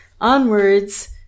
onwards